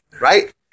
right